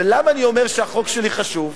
ולמה אני אומר שהחוק שלי חשוב?